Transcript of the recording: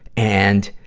and,